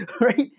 Right